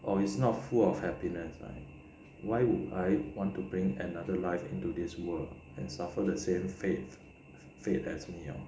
or it's not full of happiness lah why would I want to bring another life into this world and suffer the same fate fate as me ah